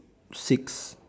six